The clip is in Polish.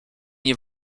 nie